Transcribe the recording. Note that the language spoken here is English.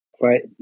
Right